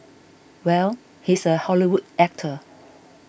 well he's a Hollywood actor